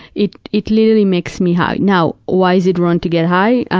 it it literally makes me high. now, why is it wrong to get high?